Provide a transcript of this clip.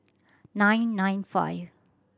nine nine five